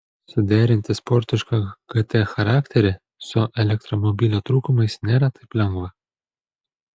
suderinti sportišką gt charakterį su elektromobilio trūkumais nėra taip lengva